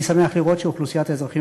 אני שמח לראות שאוכלוסיית האזרחים